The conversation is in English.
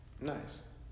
Nice